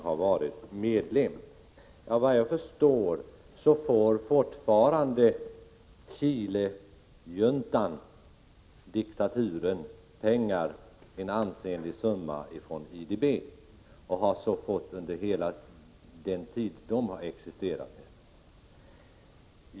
Såvitt jag förstår får fortfarande Chilejuntan en ansenlig summa pengar från IDB och har så fått under hela den tid som den har existerat.